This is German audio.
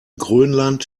grönland